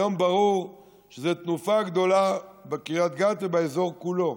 היום ברור שזאת תנופה גדולה בקריית גת ובאזור כולו,